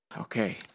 Okay